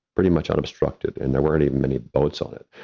pretty much out obstructed and there weren't even many boats on it.